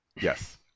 yes